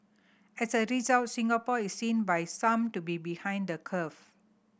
as a result Singapore is seen by some to be behind the curve